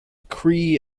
cree